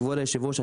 כבוד יושב הראש,